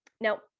now